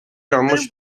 yanlış